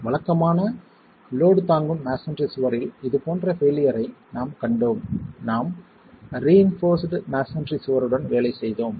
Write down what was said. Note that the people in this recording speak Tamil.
வழக்கமான லோட் தாங்கும் மஸோன்றி சுவரில் இதுபோன்ற பெயிலியர்ரை நாம் கண்டோம் நாம் ரிஇன்போர்ஸ்ட் மஸோன்றி சுவருடன் வேலை செய்தோம்